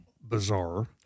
bizarre